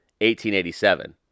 1887